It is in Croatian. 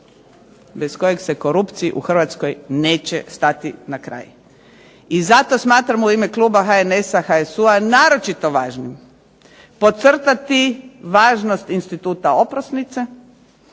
bez kojeg se korupciji u Hrvatskoj neće stati na kraj. I zato smatramo u ime kluba HNS-a, HSU-a naročito važnim podcrtati važnost instituta oprosnice